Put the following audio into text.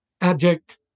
abject